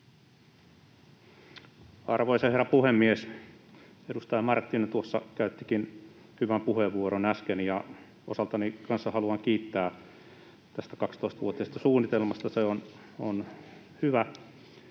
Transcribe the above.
Arvoisa herra puhemies! Edustaja Marttinen tuossa käyttikin hyvän puheenvuoron äsken, [Aki Lindén: Ei se kovin hyvä ollut!] ja osaltani kanssa haluan kiittää tästä 12-vuotisesta suunnitelmasta. Se on hyvä.